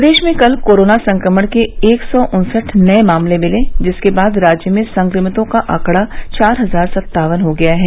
प्रदेश में कल कोरोना संक्रमण के एक सौ उन्सठ नए मामले मिले जिसके बाद राज्य में संक्रमितों का आंकड़ा चार हजार सत्तावन हो गया है